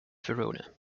verona